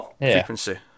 frequency